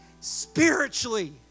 spiritually